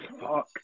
Fuck